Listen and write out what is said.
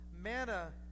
manna